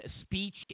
speech